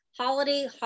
holiday